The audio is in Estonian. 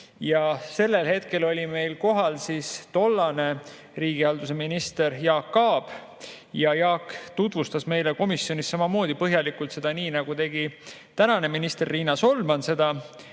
Sellel hetkel oli meil kohal tollane riigihalduse minister Jaak Aab. Jaak tutvustas meile seda komisjonis samamoodi põhjalikult, nii nagu tegi tänane minister Riina Solman seda